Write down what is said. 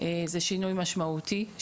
זה שינוי משמעותי.